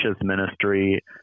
ministry